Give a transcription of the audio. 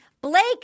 Blake